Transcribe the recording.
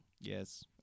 Yes